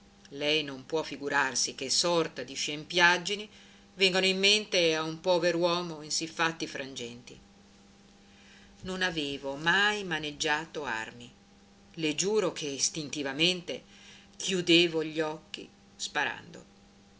lei non può figurarsi che sorta di scempiaggini vengano in mente a un pover uomo in siffatti frangenti non avevo mai maneggiato armi le giuro che istintivamente chiudevo gli occhi sparando